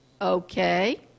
okay